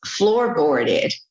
floorboarded